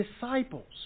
disciples